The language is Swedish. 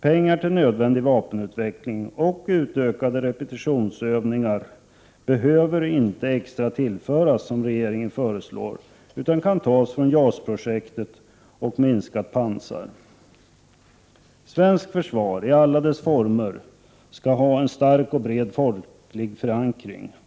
Pengar till nödvändig vapenutveckling och utökade repeti tionsövningar behöver inte tillföras extra, som regeringen föreslår, utan kan tas från JAS-projektet och minskat pansar. Svenskt försvar i alla dess former skall ha en stark och bred folklig förankring.